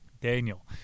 Daniel